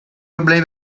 problemi